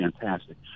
fantastic